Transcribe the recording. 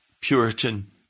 Puritan